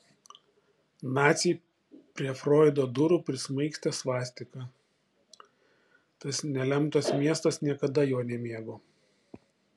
naciai prie froido durų prismaigstė svastiką tas nelemtas miestas niekada jo nemėgo